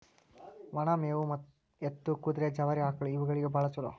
ಒನ ಮೇವು ಎತ್ತು, ಕುದುರೆ, ಜವಾರಿ ಆಕ್ಳಾ ಇವುಗಳಿಗೆ ಬಾಳ ಚುಲೋ